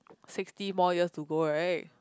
sixty more years to go right